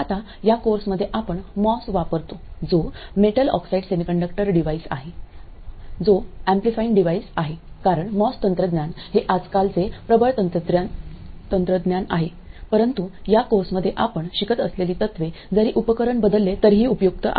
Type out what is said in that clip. आता या कोर्समध्ये आपण मॉस वापरतो जो मेटल ऑक्साईड सेमीकंडक्टर डिव्हाइस आहे जो एम्प्लिफिंग डिव्हाइस आहे कारण मॉस तंत्रज्ञान हे आजकालचे प्रबळ तंत्रज्ञान आहे परंतु या कोर्समध्ये आपण शिकत असलेली तत्त्वे जरी उपकरण बदलले तरीही उपयुक्त आहेत